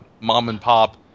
mom-and-pop